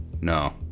No